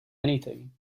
anything